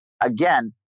again